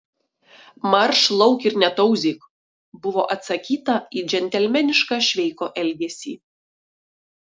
marš lauk ir netauzyk buvo atsakyta į džentelmenišką šveiko elgesį